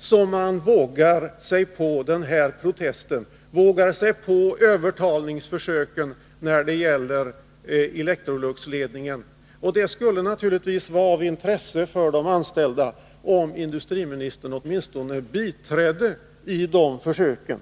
som man vågar sig på den här protesten, vågar sig på övertalningsförsöken när det gäller Electroluxledningen. Det skulle naturligtvis vara av intresse för de anställda om industriministern åtminstone biträdde de försöken.